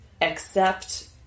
accept